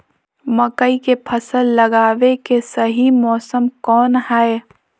मकई के फसल लगावे के सही मौसम कौन हाय?